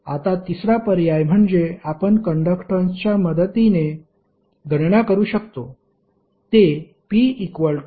आता तिसरा पर्याय म्हणजे आपण कंडक्टन्सच्या मदतीने गणना करू शकतो